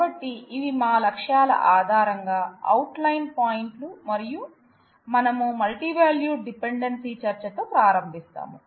కాబట్టి ఇవి మా లక్ష్యాల ఆధారంగా అవుట్లైన్ పాయింట్లు మరియు మనం మల్టీవాల్యూడ్ డిపెండెన్సీ చర్చతో ప్రారంభిస్తాము